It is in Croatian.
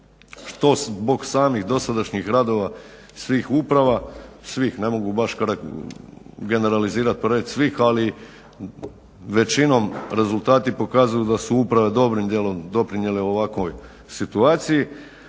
što zbog samih dosadašnjih radova svih uprava, svi ne mogu baš generalizirati pa reći svih ali većom rezultati pokazuju da su uprave dobrim dijelom doprinijele ovakvoj situaciji,